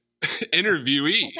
interviewee